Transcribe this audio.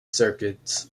circuits